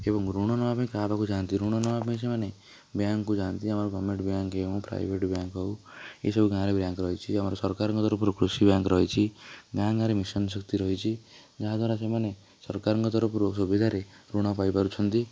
ଏବଂ ଋଣ ନେବା ପାଇଁ କାହା ପାଖକୁ ଯାଆନ୍ତି ଋଣ ନେବା ପାଇଁ ସେମାନେ ବ୍ୟାଙ୍କକୁ ଯାଆନ୍ତି ଆମର ଗଭର୍ଣ୍ଣମେଣ୍ଟ ବ୍ୟାଙ୍କ୍ ହେଉ ପ୍ରାଇଭେଟ୍ ବ୍ୟାଙ୍କ ହେଉ ଏ ସବୁ ବ୍ୟାଙ୍କ ଗାଆଁରେ ରହିଛି ସରକାରଙ୍କ ତରଫରୁ କୃଷି ବ୍ୟାଙ୍କ ରହିଛି ବ୍ୟାଙ୍କରେ ମିଶନ ଶକ୍ତି ରହିଛି ଯାହା ଦ୍ୱାରା ସେମାନେ ସରକାରଙ୍କ ତରଫରୁ ସୁବିଧାରେ ଋଣ ପାଇ ପାରୁଛନ୍ତି